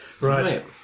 Right